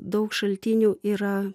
daug šaltinių yra